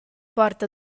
porta